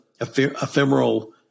ephemeral